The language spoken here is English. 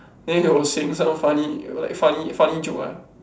then he was saying so funny like funny funny joke ah